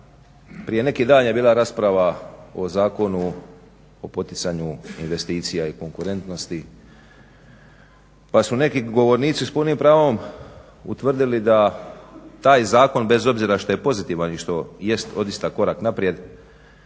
prije neki dan je bila rasprava o Zakonu o poticanju investicija i konkurentnosti pa su neki govornici s punim pravom utvrdili da taj zakon bez obzira što je pozitivan i što jest odista korak naprijed